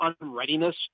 unreadiness